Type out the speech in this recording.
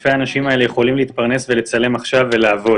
אלפי האנשים האלה יכולים להתפרנס ולצלם עכשיו ולעבוד.